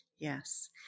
Yes